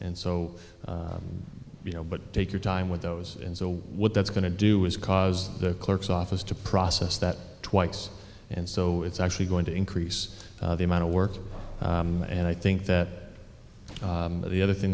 and so you know but take your time with those and so what that's going to do is cause the clerk's office to process that twice and so it's actually going to increase the amount of work and i think that the other thing